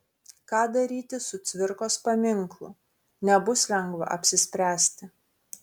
ką daryti su cvirkos paminklu nebus lengva apsispręsti